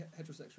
heterosexual